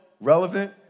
relevant